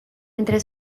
entre